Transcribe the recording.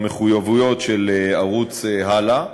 במחויבויות של ערוץ "הלא",